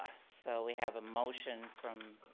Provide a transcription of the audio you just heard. so we have a motion from